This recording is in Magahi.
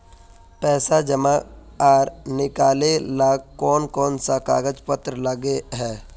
पैसा जमा आर निकाले ला कोन कोन सा कागज पत्र लगे है?